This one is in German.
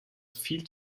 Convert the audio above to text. viel